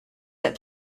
that